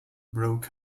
broke